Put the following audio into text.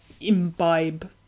imbibe